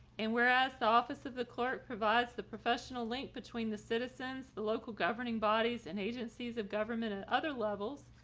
and whereas the office of the clerk provides the professional link between the citizens the local governing bodies and agencies of government and other levels.